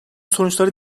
sonuçları